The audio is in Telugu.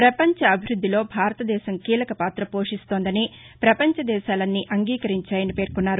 ప్రపంచ అభివృద్దిలో భారతదేశం కీలకపాత పోషిస్తోందని ప్రపంచ దేశాలన్నీ అంగీకరించాయని పేర్కొన్నారు